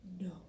No